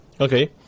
Okay